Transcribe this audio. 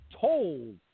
told